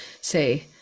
say